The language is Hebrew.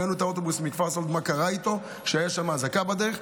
ראינו את האוטובוס מכפר סאלד מה קרה איתו כשהייתה שם אזעקה בדרך.